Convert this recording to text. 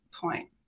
point